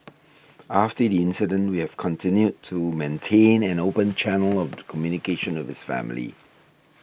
after the incident we have continued to maintain an open channel of communication with his family